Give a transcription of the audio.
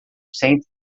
saint